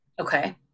Okay